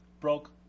broke